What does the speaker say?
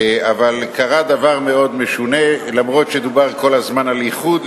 אבל קרה דבר מאוד משונה: אומנם דובר כל הזמן על איחוד,